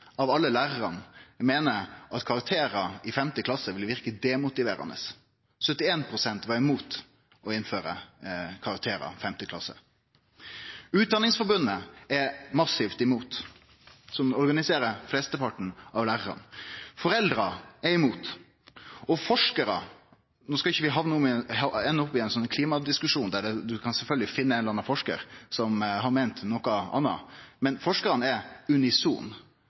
av alle lærarane meiner at karakterar i 5. klasse vil verke demotiverande. 71 pst. var mot å innføre karakterar i 5. klasse. Utdanningsforbundet, som organiserer mesteparten av lærarane, er massivt imot. Foreldra er imot, og forskarane – no skal vi ikkje hamne oppi ein sånn klimadiskusjon der ein sjølvsagt kan finne ein eller annan forskar som har meint noko anna – er unisone, så langt vi kan seie at forskarar er